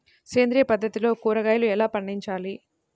సేంద్రియ పద్ధతిలో కూరగాయలు ఎలా పండించాలి?